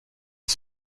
his